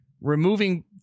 Removing